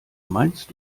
meinst